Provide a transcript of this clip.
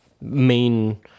main